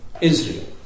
Israel